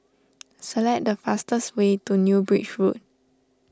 select the fastest way to New Bridge Road